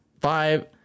five